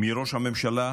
מראש הממשלה